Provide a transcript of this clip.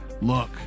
look